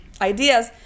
ideas